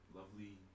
Lovely